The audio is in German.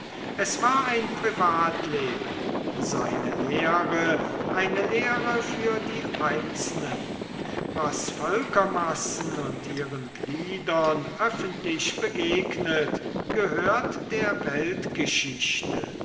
es war ein privatleben seine lehre eine lehre für die einzelnen was völkermassen und ihren gliedern öffentlich begegnet gehört der